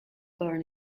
born